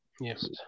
Yes